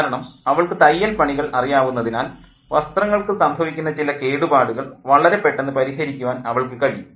കാരണം അവൾക്ക് തയ്യൽ പണികൾ അറിയാവുന്നതിനാൽ വസ്ത്രങ്ങൾക്ക് സംഭവിക്കുന്ന ചില കേടുപാടുകൾ വളരെ പെട്ടെന്ന് പരിഹരിക്കാൻ അവൾക്ക് കഴിയും